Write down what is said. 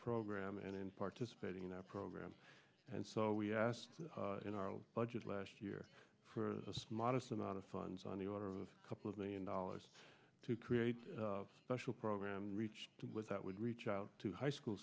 program and in participating in our program and so we asked in our budget last year for us modest amount of funds on the order of a couple of million dollars to create a special program to reach that would reach out to high school